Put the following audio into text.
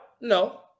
No